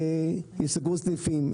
ייסגרו סניפים.